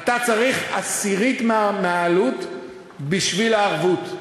אתה צריך עשירית מהעלות בשביל הערבות,